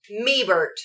Mebert